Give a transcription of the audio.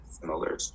similar